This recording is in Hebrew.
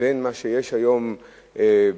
בין מה שיש היום ברחוב,